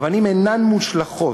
אבנים אינן מושלכות.